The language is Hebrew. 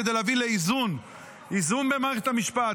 כדי להביא לאיזון במערכת המשפט.